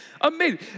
Amazing